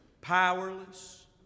powerless